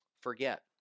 forget